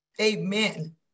Amen